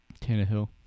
Tannehill